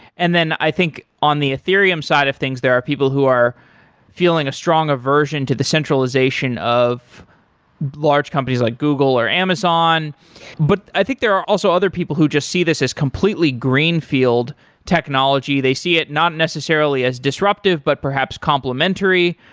and then i think on the ethereum side of things there are people who are feeling a strong aversion to the centralization of large companies like google or amazon but i think there are also other people who just see this as completely green field technology. they see it not necessarily as disruptive, but perhaps complimentary,